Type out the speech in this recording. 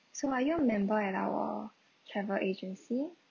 so are you a member at our travel agency